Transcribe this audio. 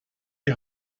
die